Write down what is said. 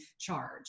charge